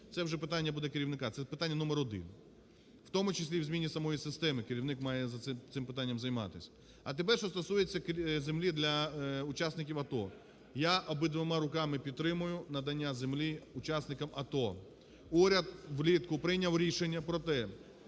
Це вже питання буде керівника, це питання номер один, в тому числі і в зміні самої системи, керівник має цим питанням займатися. А тепер що стосується землі для учасників АТО. Я обома руками підтримую надання землі учасникам АТО. Уряд влітку прийняв рішення про те,